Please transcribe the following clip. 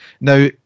Now